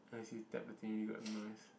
ya you see tap the thing already got noise